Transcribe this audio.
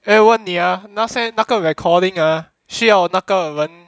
eh 我问你 ah 那些那个 recording ah 需要那个人